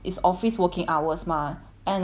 and my one cannot work from home